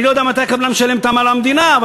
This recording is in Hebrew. אני לא יודע מתי הקבלן משלם למדינה את המע"מ,